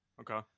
Okay